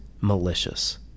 malicious